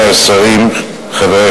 ההצבעה